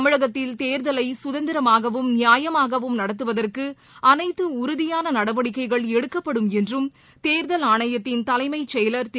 தமிழகத்தில் தேர்தலை சுதந்திரமாகவும் நியாயமாகவும் நடத்துவதற்கு அனைத்து உறுதியான நடவடிக்கைகள் எடுக்கப்படும்என்றும் தேர்தல் ஆணையத்தின் தலைமைச் செயலர் திரு